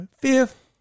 fifth